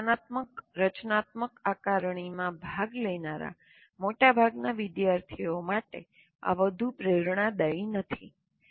કોઈપણ જ્ઞાનાત્મક રચનાત્મક આકારણીમાં ભાગ લેનારા મોટાભાગના વિદ્યાર્થીઓ માટે આ વધુ પ્રેરણાદાયી નથી